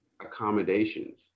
accommodations